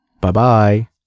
bye-bye